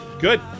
Good